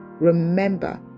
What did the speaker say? Remember